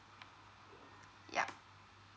yup